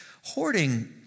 Hoarding